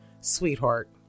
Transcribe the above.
sweetheart